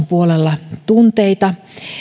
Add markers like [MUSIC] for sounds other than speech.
[UNINTELLIGIBLE] puolella tunteita